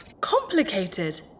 complicated